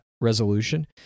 resolution